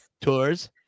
tours